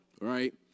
right